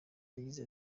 yagize